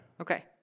Okay